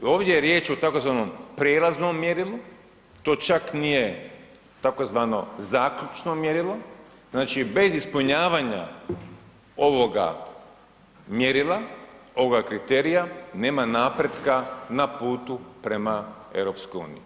I ovdje je riječ o tzv. prijelaznom mjerilu, to čak nije tzv. zaključno mjerilo, znači bez ispunjavanja ovoga mjerila, ovoga kriterija nema napretka na putu prema EU.